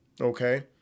Okay